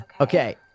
okay